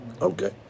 Okay